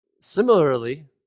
Similarly